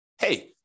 hey